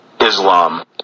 Islam